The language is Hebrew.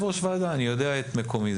ועדה, אני יודע את מקומי.